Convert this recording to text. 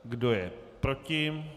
Kdo je proti?